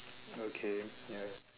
okay ya